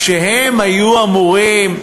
כשהם היו אמורים,